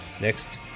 next